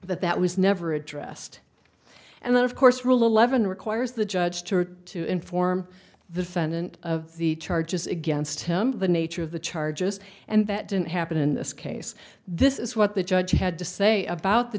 that that was never addressed and then of course rule eleven requires the judge to or to inform the fent of the charges against him the nature of the charges and that didn't happen in this case this is what the judge had to say about the